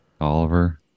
Oliver